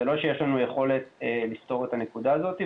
זה לא שיש לנו יכולת לפתור את הנקודה הזאת.